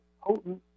potent